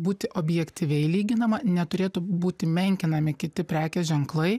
būti objektyviai lyginama neturėtų būti menkinami kiti prekės ženklai